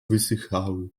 wysychały